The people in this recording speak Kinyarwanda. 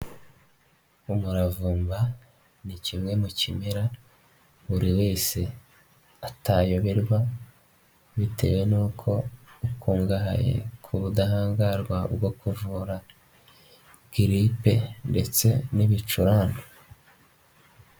Umuravumba ni kimwe mu kimera buri wese atayoberwa bitewe n'uko ukungahaye ku budahangarwa bwo kuvura giripe ndetse n'ibicurane.